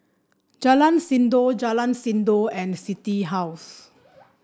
Jalan Sindor Jalan Sindor and City House